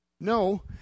No